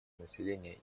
население